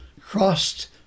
crossed